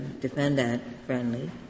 defendant-friendly